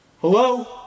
Hello